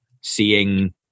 seeing